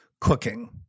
cooking